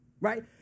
right